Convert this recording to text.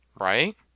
right